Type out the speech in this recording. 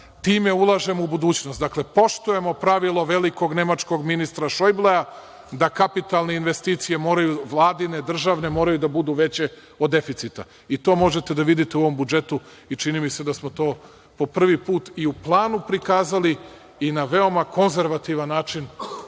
Time ulažemo u budućnost. Dakle, poštujemo pravilo velikog nemačkog ministra Šojblea da kapitalne investicije, Vladine, državne, moraju da budu veće od deficita. To možete da vidite u ovom budžetu i čini mi se da smo to po prvi put i u planu prikazali i na veoma konzervativan način